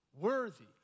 worthy